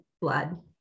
blood